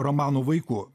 romanų vaikų